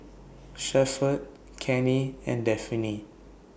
Shepherd Cannie and Daphne